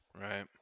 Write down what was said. Right